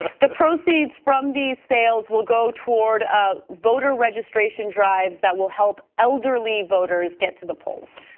the proceeds from these sales will go toward ah voter registration drives that will help elderly voters get to the polls.